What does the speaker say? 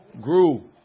grew